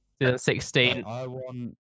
2016